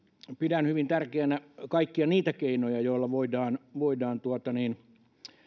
pidän hyvin tärkeänä kaikkia niitä keinoja joilla voidaan voidaan